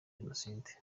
jenoside